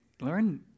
learn